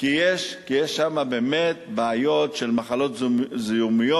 כי יש שם באמת בעיות של מחלות זיהומיות